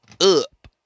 Up